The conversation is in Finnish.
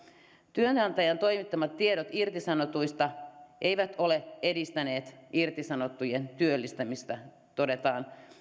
työnantajan toimittamat tiedot irtisanotuista eivät ole edistäneet irtisanottujen työllistämistä todetaan